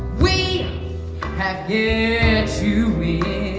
we have to be